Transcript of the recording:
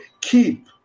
keep